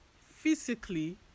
physically